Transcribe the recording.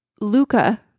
luca